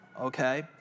Okay